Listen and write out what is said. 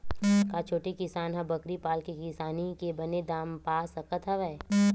का छोटे किसान ह बकरी पाल के किसानी के बने दाम पा सकत हवय?